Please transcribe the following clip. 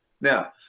now